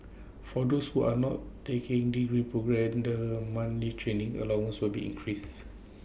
for those who are not taking degree programme the monthly training allowances will be increases